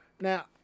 Now